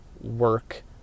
work